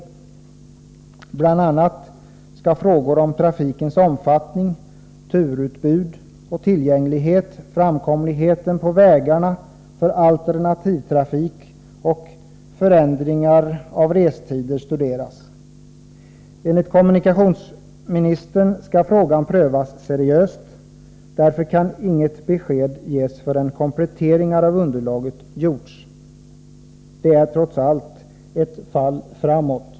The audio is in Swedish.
Kommunikationsministern sade bl.a. att frågor om trafikens omfattning, turutbud och tillgänglighet, framkomligheten på vägarna för alternativtrafik och förändringar av restiden skall studeras. Enligt kommunikationsministern skall frågan prövas seriöst, varför inga besked kan ges förrän kompletteringar av underlaget har gjorts. Det är trots allt ett fall framåt.